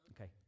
Okay